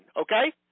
Okay